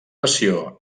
passió